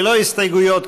ללא הסתייגויות,